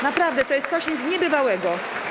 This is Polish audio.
Naprawdę, to jest coś niebywałego.